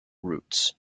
roots